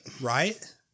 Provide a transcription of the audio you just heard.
Right